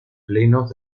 plenos